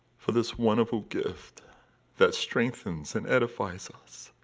for this wonderful gift that strengthens and edifies us,